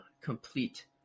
complete